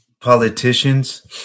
politicians